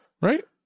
Right